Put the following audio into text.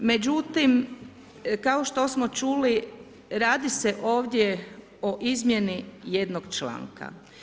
Međutim kao što smo čuli radi se ovdje o izmjeni jednog članka.